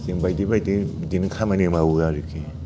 जों बायदि बायदि बिदिनो खामानि मावो आरोखि